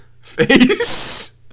face